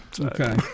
okay